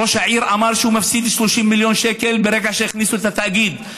ראש העיר אמר שהוא מפסיד 30 מיליון שקל מרגע שהכניסו את התאגיד.